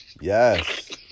Yes